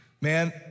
Man